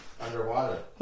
underwater